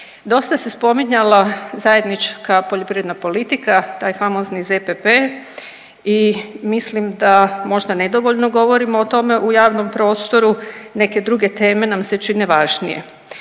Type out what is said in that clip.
Dosta se spominjala zajednička poljoprivredna politika, taj famozni ZPP i mislim da možda nedovoljno govorimo o tome u javnom prostoru. Neke druge teme nam se čine važnije,